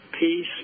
peace